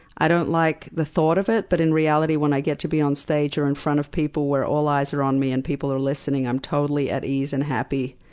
i don't like the thought of it, but in reality when i get to be on stage or in front of people where all eyes are on me and people are listening, i'm totally at ease and happy.